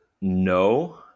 no